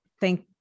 Thank